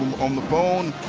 on the phone,